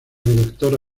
director